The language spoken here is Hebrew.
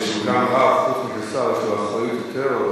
חוץ מזה, שר יש לו אחריות יותר.